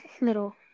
little